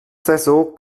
saison